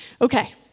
Okay